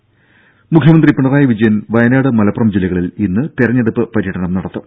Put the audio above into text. ത മുഖ്യമന്ത്രി പിണറായി വിജയൻ വയനാട് മലപ്പുറം ജില്ലകളിൽ ഇന്ന് തെരഞ്ഞെടുപ്പ് പര്യടനം നടത്തും